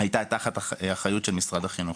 הייתה תחת אחריות של משרד החינוך.